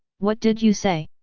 what did you say?